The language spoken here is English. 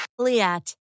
Liat